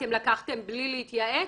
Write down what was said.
אתם לקחתם בלי להתייעץ?